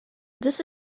this